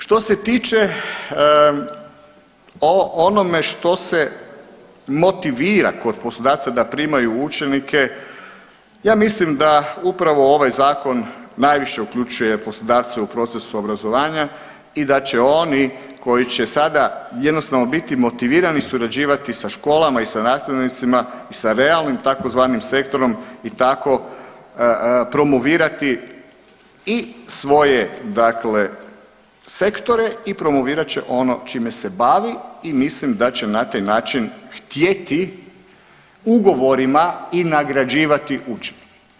Što se tiče o onome što se motivira kod poslodavca da primaju učenike, ja mislim da upravo ovaj zakon najviše uključuje poslodavce u procesu obrazovanja i da će oni koji će sada jednostavno biti motivirani surađivati sa školama i sa nastavnicima i sa realnim tzv. sektorom i tako promovirati i svoje dakle sektore i promovirat će ono čime se bavi i mislim da će na taj način htjeti ugovorima i nagrađivati učenike.